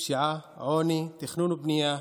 פשיעה, עוני, תכנון ובנייה,